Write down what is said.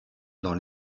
dans